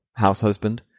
househusband